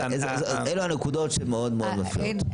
אלה הנקודות שמאוד מאוד מפריעות.